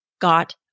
got